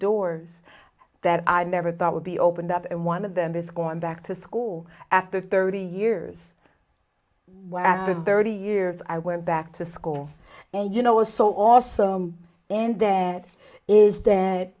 doors that i never thought would be opened up and one of them is going back to school after thirty years wow thirty years i went back to school and you know was so awesome and that is